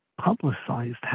publicized